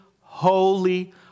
holy